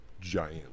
giant